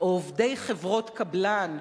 או "עובדי חברות קבלן",